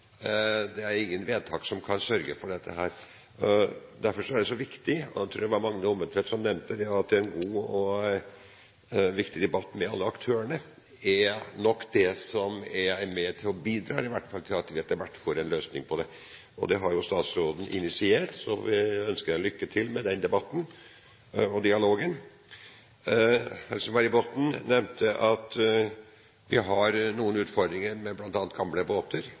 det er ingen vedtak som kan sørge for dette. Derfor er det så viktig– og jeg tror Magne Rommetveit nevnte det – å ha en god debatt med alle aktørene. Det er nok det som i alle fall kan bidra til at vi etter hvert får en løsning på dette. Det har jo statsråden initiert, og jeg ønsker henne lykke til med den debatten og dialogen. Else-May Botten nevnte at vi har noen utfordringer med bl.a. gamle båter.